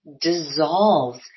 dissolves